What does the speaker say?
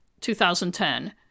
2010